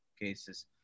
cases